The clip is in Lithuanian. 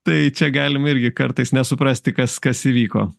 tai čia galima irgi kartais nesuprasti kas kas įvyko